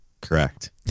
Correct